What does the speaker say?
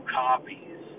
copies